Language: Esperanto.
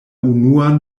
unuan